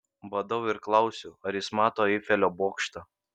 badau ir klausiu ar jis mato eifelio bokštą